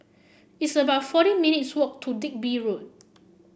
it's about forty minutes' walk to Digby Road